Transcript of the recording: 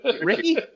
Ricky